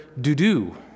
doo-doo